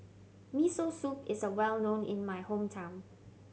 Miso Soup is well known in my hometown